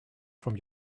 from